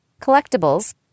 collectibles